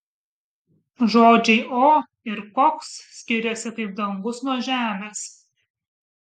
žodžiai o ir koks skiriasi kaip dangus nuo žemės